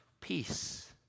peace